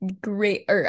great